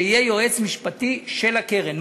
שיהיה יועץ משפטי של הקרן.